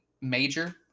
major